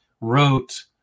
wrote